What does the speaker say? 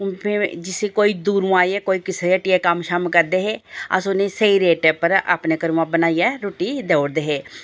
जिसी कोई दूरूं आइयै कोई किसी दे हट्टी दे कम्म शम्म करदे हे अस उ'नें ई स्हेई रेटे पर अपने घरूं दा बनाइयै रुट्टी देई ओड़दे हे